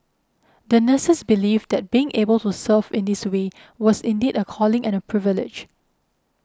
the nurses believed that being able to serve in this way was indeed a calling and a privilege